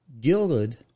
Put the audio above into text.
Gilded